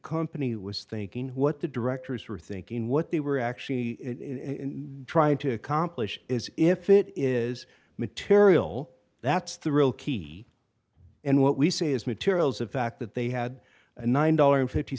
company was thinking what the directors were thinking what they were actually in trying to accomplish is if it is material that's the real key and what we say is materials of fact that they had a nine dollars fift